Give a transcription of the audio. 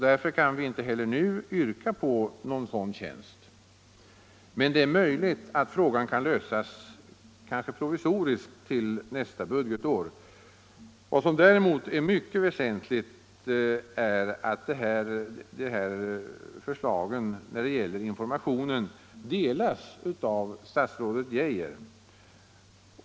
Därför kan vi inte heller nu yrka på någon tjänst, men det är möjligt att frågan kan lösas provisoriskt till nästa budgetår. Nr 56 Vad som däremot är mycket väsentligt är att de här förslagen rörande Fredagen den information delas av statsrådet Geijer.